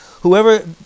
Whoever